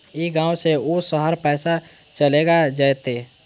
ई गांव से ऊ शहर पैसा चलेगा जयते?